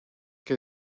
que